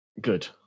Good